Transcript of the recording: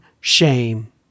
shame